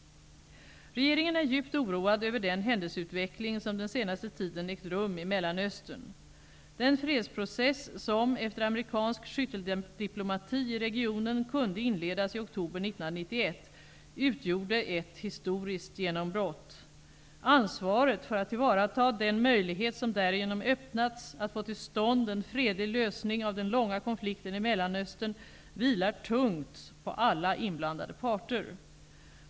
Regeringen är djupt oroad över den händelseutveckling som den senaste tiden ägt rum i Mellanöstern. Den fredsprocess som, efter amerikansk skytteldiplomati i regionen, kunde inledas i oktober 1991 utgjorde ett historiskt genombrott. Ansvaret för att tillvarata den möjlighet som därigenom öppnats att få till stånd en fredlig lösning av den långa konflikten i Mellanöstern vilar tungt på alla inblandade parter.